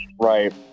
Right